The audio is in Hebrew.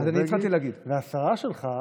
והשרה שלך,